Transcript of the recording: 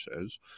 says